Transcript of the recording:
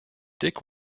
dick